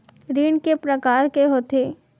ऋण के प्रकार के होथे?